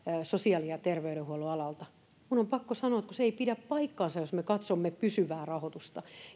sosiaali ja terveydenhuollon alalta minun on pakko sanoa että se ei pidä paikkaansa jos me katsomme pysyvää rahoitusta